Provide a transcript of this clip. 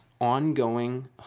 ongoing